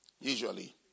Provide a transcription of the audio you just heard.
usually